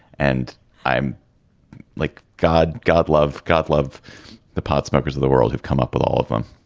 and i'm like, god. god love. god love the pot smokers of the world who've come up with all of them